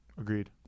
Agreed